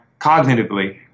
cognitively